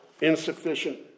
insufficient